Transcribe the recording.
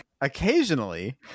occasionally